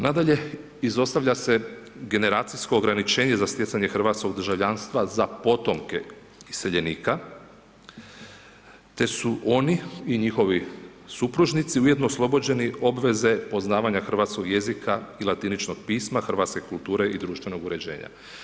Nadalje, izostavlja se generacijsko ograničenje za stjecanje hrvatskog državljanstva za potomke iseljenika te su oni i njihovi supružnici ujedno oslobođeni obveze poznavanja hrvatskog jezika i latiničkog pisma, hrvatske kulture i društvenog uređenja.